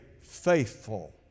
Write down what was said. faithful